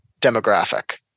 demographic